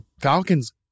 Falcons